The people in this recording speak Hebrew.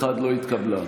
21 לא התקבלה.